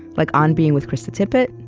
like on being with krista tippett,